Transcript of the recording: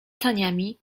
saniami